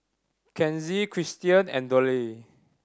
Kenzie Cristian and Dollye